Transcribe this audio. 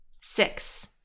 Six